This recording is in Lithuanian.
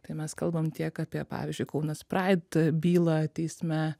tai mes kalbam tiek apie pavyzdžiui kaunas praid bylą teisme